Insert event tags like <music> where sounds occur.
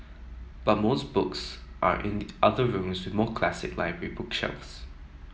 but most books are in <noise> other rooms with more classic library bookshelves